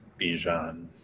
Bijan